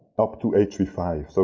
up to h v five, so